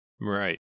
Right